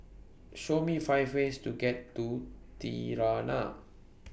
Show Me five ways to get to Tirana